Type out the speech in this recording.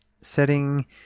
setting